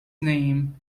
name